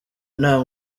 nta